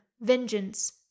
vengeance